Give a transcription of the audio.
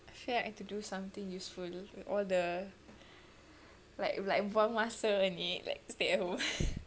I feel like I have to do something useful all the like like buang masa only stay like at home